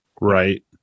Right